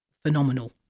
phenomenal